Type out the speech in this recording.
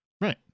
right